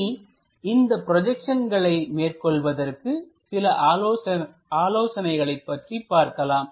இனி இந்த ப்ரோஜெக்சன்களை மேற்கொள்வதற்கு சில ஆலோசனைகளை பற்றி பார்க்கலாம்